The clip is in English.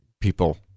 people